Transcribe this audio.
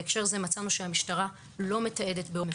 בהקשר זה מצאנו שהמשטרה לא מתעדת באורח